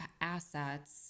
assets